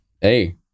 Hey